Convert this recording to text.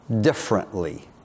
differently